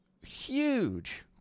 huge